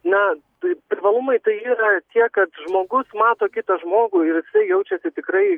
na tai privalumai tai yra tiek kad žmogus mato kitą žmogų ir jaučiasi tikrai